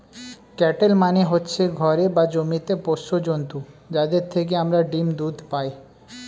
cattle মানে হচ্ছে ঘরে বা জমিতে পোষ্য জন্তু যাদের থেকে আমরা ডিম, দুধ পাই